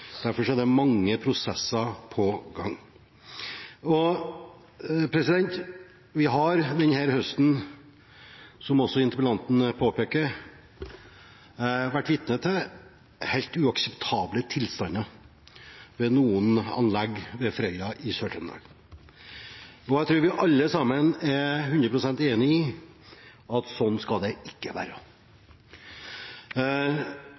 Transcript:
Derfor er det mange prosesser på gang. Vi har denne høsten, som interpellanten påpeker, vært vitne til helt uakseptable tilstander ved noen anlegg ved Frøya i Sør-Trøndelag. Jeg tror vi alle er 100 pst. enig i at sånn skal det ikke være.